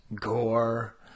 gore